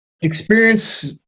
Experience